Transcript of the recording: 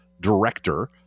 director